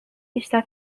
está